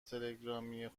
تلگرامی